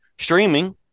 streaming